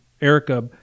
Erica